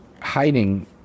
hiding